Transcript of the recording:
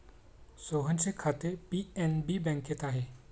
सोहनचे खाते पी.एन.बी बँकेत आहे